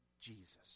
Jesus